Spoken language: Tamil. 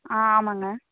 ஆ ஆமாங்க